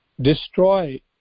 destroy